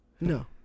No